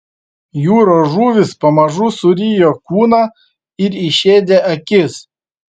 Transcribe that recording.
jūros žuvys pamažu surijo kūną ir išėdė akis